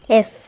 Yes